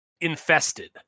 infested